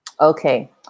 Okay